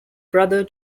brother